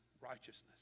righteousness